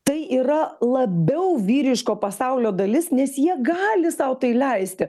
tai yra labiau vyriško pasaulio dalis nes jie gali sau tai leisti